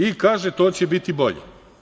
I kaže to će biti bolje.